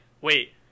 wait